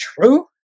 true